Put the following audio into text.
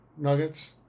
nuggets